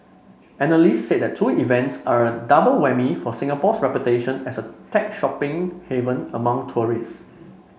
analysts said the two events are a double whammy for Singapore's reputation as a tech shopping haven among tourists